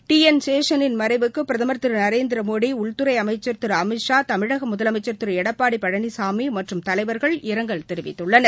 D N சேஷனின் மறைவுக்கு பிரதமர் திரு நரேந்திர மோடி உள்துறை அமைச்சர் திரு அமித் ஷா தமிழக முதலமைச்சர் திரு எடப்பாடி பழனிசாமி மற்றும் தலைவர்கள் இரங்கல் தெரிவித்துள்ளனர்